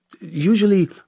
Usually